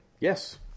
Yes